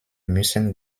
müssen